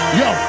yo